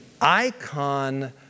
icon